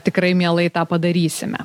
tikrai mielai tą padarysime